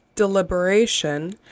deliberation